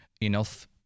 enough